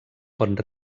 pot